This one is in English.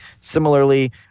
Similarly